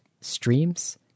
streams